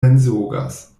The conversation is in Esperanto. mensogas